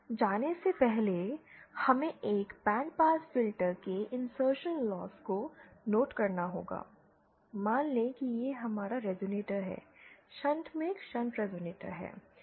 जाने से पहले हमें एक बैंड पास फिल्टर के इंसर्शनल लॉस को नोट करना होगा मान लें कि यह हमारा रेज़ोनेटर है शंट में एक शंट रेज़ोनेटर है